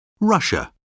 russia